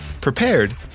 prepared